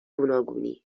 گوناگونی